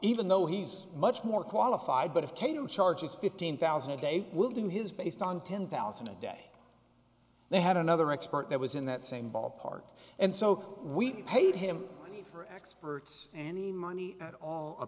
even though he's much more qualified but if cato charges fifteen thousand a day we'll do his based on ten thousand a day they had another expert that was in that same ballpark and so we paid him and he for experts any money at all a